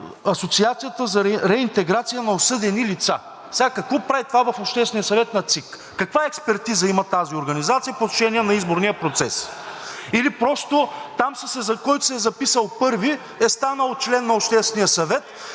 Асоциацията за реинтеграция на осъдени лица. Сега какво прави това в Обществения съвет на ЦИК? Каква експертиза има тази организация по отношение на изборния процес или просто там, който се е записал първи, е станал член на Обществения съвет